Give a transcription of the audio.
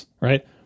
right